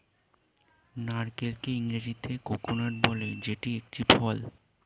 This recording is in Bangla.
নারকেলকে ইংরেজিতে কোকোনাট বলে যেটি একটি ফল